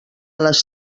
les